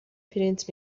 پرینت